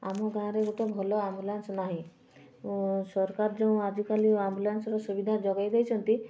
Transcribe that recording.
ଆମ ଗାଁରେ ଗୋଟେ ଭଲ ଆମ୍ବୁଲାନ୍ସ ନାହିଁ ସରକାର ଯେଉଁ ଆଜିକାଲି ଆମ୍ବୁଲାନ୍ସର ସୁବିଧା ଯୋଗାଇ ଦେଇଛନ୍ତି